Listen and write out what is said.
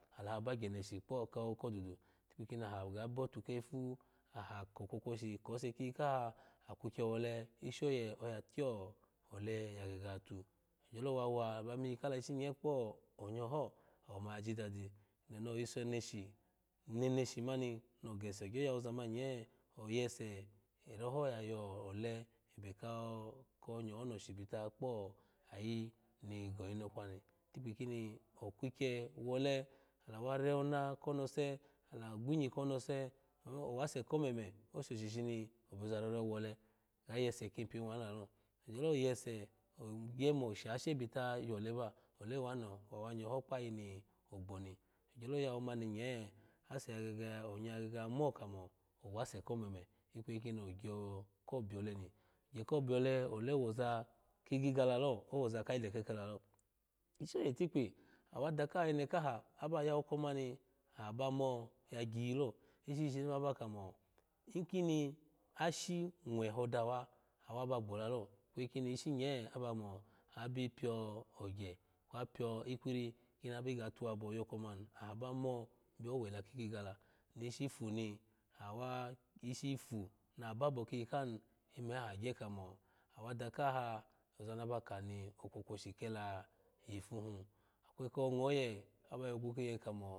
Ala bagye neshi kpo ko kodudu itikpi kimi aha ga bo otu kefu aha ko kwokwoshi ose kiyi kaha aha kukye wole ishi oye oya kyo ole ya gege yatu agyolo wawa ba miyi kala ishi nye kpo onyoho awo ma ya jisadi eneni oyiso neshi neneshi mani no gese ogyo yawozaman nye oyese era ho ya yo ole ebe ko onyoho no shibita kpo ayini ginokpa ni itikpi kini okwukye wole ala wa rona konose ala gwinyi konose amo owase komeme oshoshi shini obgza rore wole ga yese kiin pin wanu lalo ogyolo yese ogye mo oshashe bita yole ba ole wanoho wa wa ngaho kpayi nigboni gyoloya womani nye ase ya gege onya ya gege ya mo kamo owase komeme ikwegi kini ogyo ko biole ni gye ko biole ole woza kigigiga lalo owoza kayi le keke lalo ishi oye itikpi awada kaha awenu kaha aba yawo oko mani aha bamo ya gyiyi lo ishi shishini ma aba kamo inkini ashi nwehe dawa awa ba gbola ikweyi kim ishi nye aba mo awa bi pio ogye kwa pio ikwiri kini abiga tuwabo yoko man ni aha ba mo bio owela kigiga la nishi fun awa ishi fu naha babo kiyi kaha ni ime aha gye kamo awada kaha ozani aba kani okwokwoshi kela yifu hun akweyi kongo oye aba yogu kiye kamo.